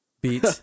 beat